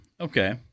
Okay